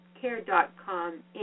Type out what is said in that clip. Care.com